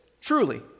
truly